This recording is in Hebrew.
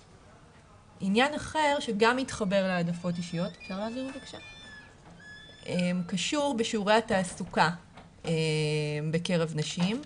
עניין אחר שגם מתחבר להעדפות אישיות קשור בשיעורי התעסוקה בקרב נשים.